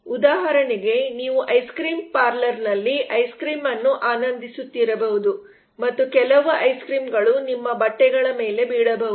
ಉದಾಹರಣೆಗೆ ನೀವು ಐಸ್ಕ್ರೀಮ್ ಪಾರ್ಲರ್ನಲ್ಲಿ ಐಸ್ಕ್ರೀಮ್ ಅನ್ನು ಆನಂದಿಸುತ್ತಿರಬಹುದು ಮತ್ತು ಕೆಲವು ಐಸ್ಕ್ರೀಮ್ಗಳು ನಿಮ್ಮ ಬಟ್ಟೆಗಳ ಮೇಲೆ ಬೀಳಬಹುದು